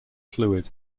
fluid